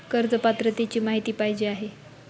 कर्ज पात्रतेची माहिती पाहिजे आहे?